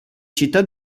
città